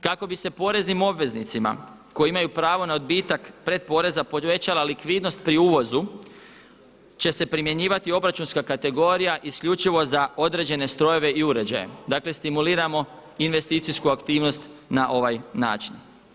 Kako bi se poreznim obveznicima koji imaju pravo na odbitak pretporeza povećala likvidnost pri uvozu će se primjenjivati obračunska kategorija isključivo za određene strojeve i uređaje, dakle stimuliramo investicijsku aktivnost na ovaj način.